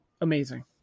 amazing